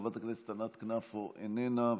חברת הכנסת ענת כנפו, איננה.